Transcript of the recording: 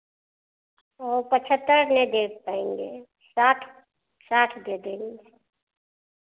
और पचहत्तर नहीं दे पाएँगे साठ साठ दे देंगे